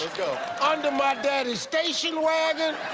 under my daddy's station wagon.